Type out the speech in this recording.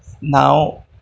now